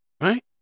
right